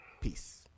peace